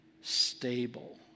stable